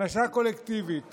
הענשה קולקטיבית